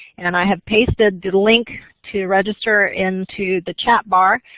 and i have pasted the link to register into the chat bar.